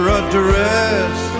address